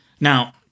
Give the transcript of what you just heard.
Now